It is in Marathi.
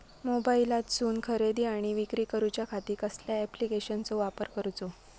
मोबाईलातसून खरेदी आणि विक्री करूच्या खाती कसल्या ॲप्लिकेशनाचो वापर करूचो?